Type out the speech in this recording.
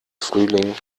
frühling